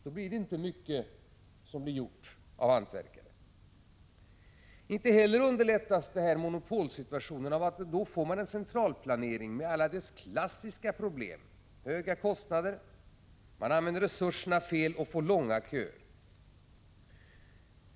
Då blir det inte mycket som blir gjort av hantverkare. Inte heller underlättas monopolsituationen av att man får en centralplanering med alla dess klassiska problem: höga kostnader och felanvända resurser som leder till långa köer.